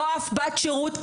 לא אף בת שירות.